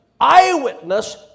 eyewitness